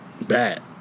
Bad